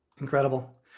Incredible